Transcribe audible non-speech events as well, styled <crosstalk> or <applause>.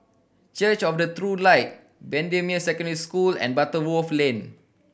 church of the <unintelligible> Light Bendemeer Secondary School and Butterworth Lane